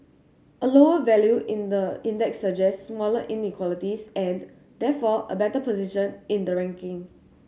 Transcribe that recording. a lower value in the index suggests smaller inequalities and therefore a better position in the ranking